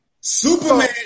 Superman